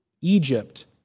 Egypt